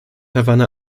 havanna